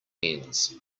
ends